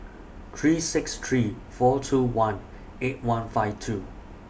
three six three four two one eight one five two